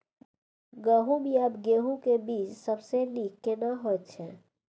गहूम या गेहूं के बिया सबसे नीक केना होयत छै?